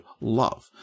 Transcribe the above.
love